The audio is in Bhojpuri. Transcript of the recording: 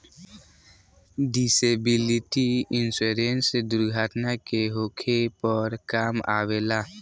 डिसेबिलिटी इंश्योरेंस दुर्घटना के होखे पर काम अवेला